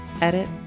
edit